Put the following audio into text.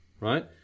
right